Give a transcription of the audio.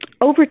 Over